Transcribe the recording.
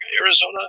Arizona